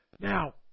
Now